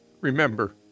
remember